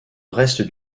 reste